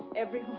every